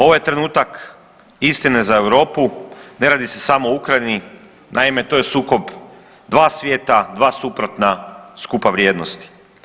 Ovo je trenutak istine za Europu, ne radi se samo o Ukrajini, naime to je sukob dva svijeta, dva suprotna skupa vrijednosti.